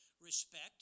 respect